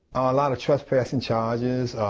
a lot of trespassing charges,